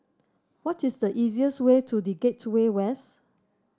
what is the easiest way to The Gateway West